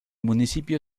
municipio